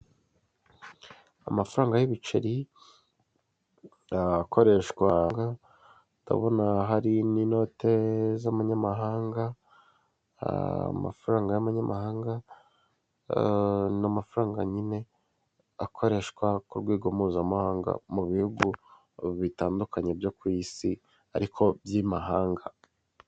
Amafaranga y'ibiceri yakoreshwaga ndabona hari n'inote z'amanyamahanga amafaranga y'amanyamahanga n'amafaranga nyine akoreshwa ku rwego mpuzamahanga mu bihugu bitandukanye byo ku isi ariko by'imahanga.